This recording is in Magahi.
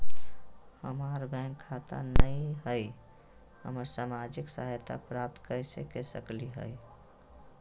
हमार बैंक खाता नई हई, हम सामाजिक सहायता प्राप्त कैसे के सकली हई?